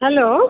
hello